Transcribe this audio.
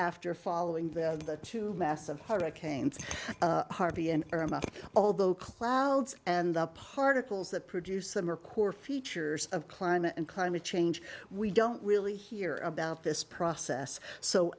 after following the two massive hurricane erma although clouds and the particles that produce them are core features of climate and climate change we don't really hear about this process so